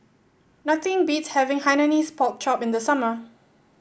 nothing beats having Hainanese Pork Chop in the summer